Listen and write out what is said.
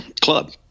club